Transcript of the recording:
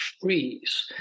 freeze